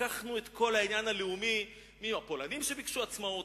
לקחנו את כל העניין הלאומי מהפולנים שביקשו עצמאות,